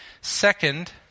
Second